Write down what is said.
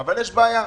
אבל יש בעיה.